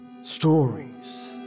Stories